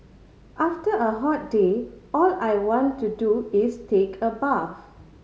after a hot day all I want to do is take a bath